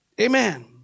Amen